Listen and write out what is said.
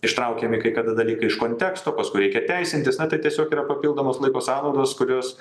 ištraukiami kai kada dalykai iš konteksto paskui reikia teisintis na tai tiesiog yra papildomos laiko sąnaudos kurios